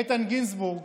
איתן גינזבורג,